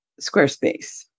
Squarespace